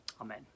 Amen